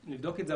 נבדוק את זה,